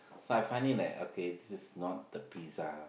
so I find it like okay this is not the pizza